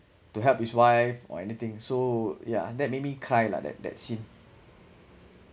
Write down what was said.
to help his wife or anything so yeah that made me cry lah that that scene